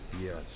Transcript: Yes